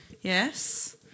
Yes